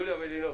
יוליה מלינובסקי,